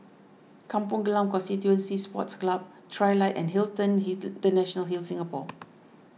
Kampong Glam Constituency Sports Club Trilight and Hilton International Singapore